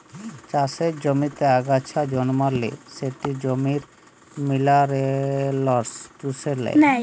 চাষের জমিতে আগাছা জল্মালে সেট জমির মিলারেলস চুষে লেই